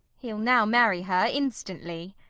he'll now marry her, instantly.